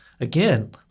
again